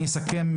אני אסכם,